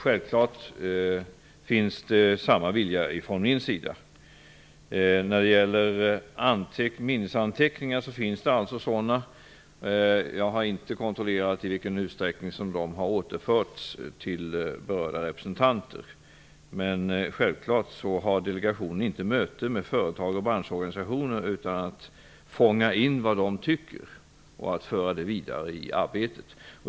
Självklart finns samma vilja från min sida. Minnesanteckningar finns. Jag har inte kontrollerat i vilken utsträckning de har vidarebefordrats till berörda representanter. Men självklart har inte delegationen möten med företag och branschorganisationer utan att fånga in vad de tycker och föra det vidare i arbetet.